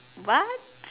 what